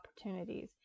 opportunities